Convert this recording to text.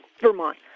Vermont